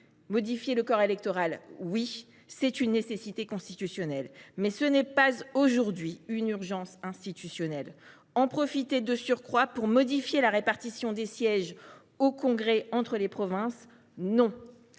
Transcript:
Modifier le corps électoral, oui. C’est une nécessité constitutionnelle. Pour autant, ce n’est pas aujourd’hui une urgence institutionnelle. En profiter pour modifier la répartition des sièges au congrès et aux assemblées des provinces, non.